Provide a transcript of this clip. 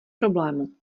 problému